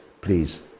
please